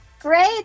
Great